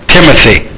Timothy